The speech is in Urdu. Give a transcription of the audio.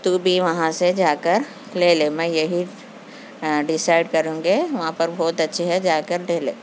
تو بھی وہاں سے جا کر لے لے میں یہی ڈسائڈ کروں گی وہاں پر بہت اچھے ہے جا کر لے لے